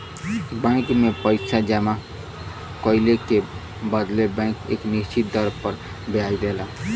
bank में पइसा जमा कइले के बदले बैंक एक निश्चित दर पर ब्याज देला